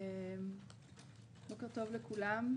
בוקר טוב לכולם.